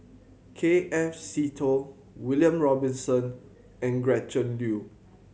K F Seetoh William Robinson and Gretchen Liu